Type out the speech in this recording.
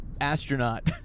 astronaut